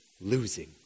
losing